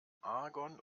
argon